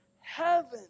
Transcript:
Heaven